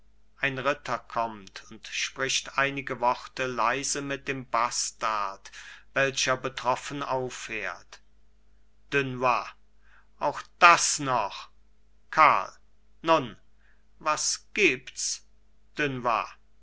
ein ritter kommt und spricht einige worte leise mit dem bastard welcher betroffen auffährt dunois auch das noch karl nun was gibts dunois